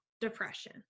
depression